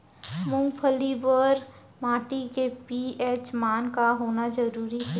मूंगफली बर माटी के पी.एच मान का होना चाही?